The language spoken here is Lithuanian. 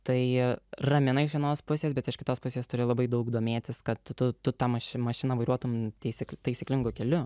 tai ramina iš vienos pusės bet iš kitos pusės turi labai daug domėtis kad tu tu ta mašina vairuotum taisyk taisyklingu keliu